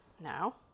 Now